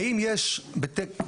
האם יש בקרב